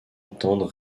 entendre